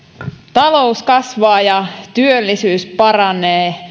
talous kasvaa ja työllisyys paranee